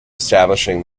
establishing